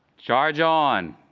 charge on!